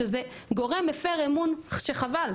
שזה גורם מפר אמון שחבל.